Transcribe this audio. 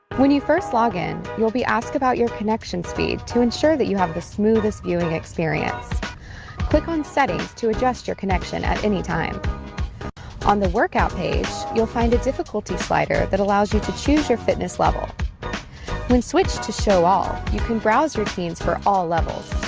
when you first log in you will be asked about your connection speed to ensure that you have the smoothest viewing experience click on settings to adjust your connection at any time on the workout page you'll find a difficulty slider that allows you to choose your fitness level we switch to show all you can browse routines for all levels